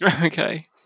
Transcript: Okay